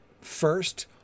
First